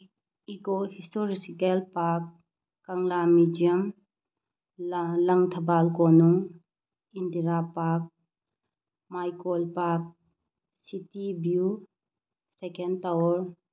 eco historical park Kangla museum Langthabal Konung Indira park ꯃꯥꯏꯀꯣꯜ park city view ꯁꯦꯀꯦꯟ tower